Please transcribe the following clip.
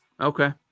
Okay